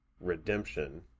redemption